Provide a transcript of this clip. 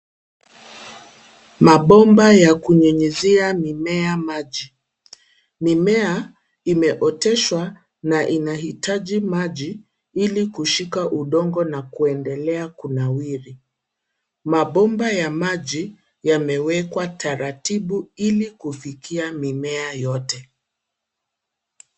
Mabomba ya kunyunyizia mimea maji. Mimea imeoteshwa na inahitaji maji ili kushika udongo na kuendelea kunawiri. Mabomba ya maji yamewekwa taratibu ili kufikia mimea yote.